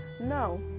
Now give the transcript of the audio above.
No